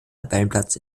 tabellenplatz